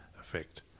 effect